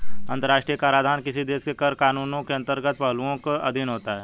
अंतर्राष्ट्रीय कराधान किसी देश के कर कानूनों के अंतर्राष्ट्रीय पहलुओं के अधीन होता है